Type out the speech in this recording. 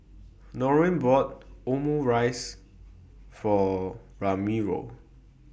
Norine bought Omurice For Ramiro